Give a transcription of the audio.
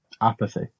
Apathy